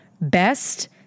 best